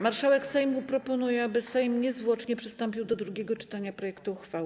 Marszałek Sejmu proponuje, aby Sejm niezwłocznie przystąpił do drugiego czytania projektu uchwały.